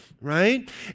right